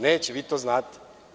Neće, vi to znate.